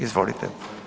Izvolite.